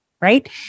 Right